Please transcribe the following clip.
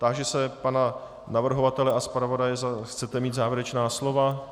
Táži se pana navrhovatele a zpravodaje, zda chcete mít závěrečná slova.